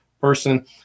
person